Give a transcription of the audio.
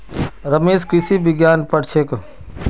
रमेश कृषि विज्ञान पढ़ छेक